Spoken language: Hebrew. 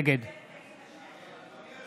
נגד אדוני היושב-ראש,